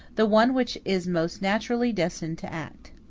the one which is most naturally destined to act.